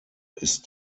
ist